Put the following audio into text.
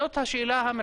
זאת השאלה המרכזית.